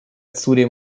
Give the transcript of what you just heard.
zudem